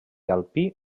alpí